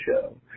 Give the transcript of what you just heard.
show